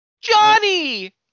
Johnny